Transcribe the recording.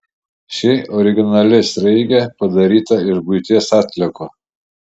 ši originali sraigė padaryta iš buities atliekų